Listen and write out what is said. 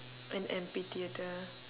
an amphitheatre